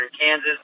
Kansas